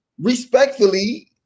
Respectfully